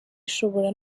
ishobora